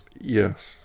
Yes